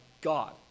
God